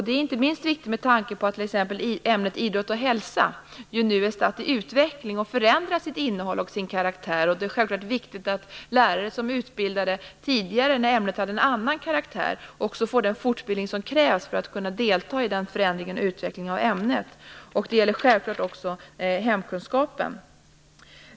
Det är inte minst viktigt med tanke på att t.ex. ämnet idrott och hälsa nu är statt i utveckling och förändrat till sitt innehåll och sin karaktär. Det är självklart viktigt att lärare som utbildades tidigare när ämnet hade en annan karaktär får den fortbildning som krävs för att kunna delta i den förändringen och utvecklingen av ämnet. Det gäller också ämnet hemkunskap.